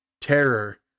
terror